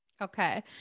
Okay